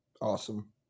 Awesome